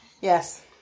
Yes